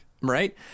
Right